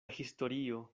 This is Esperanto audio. historio